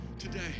Today